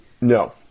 No